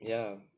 ya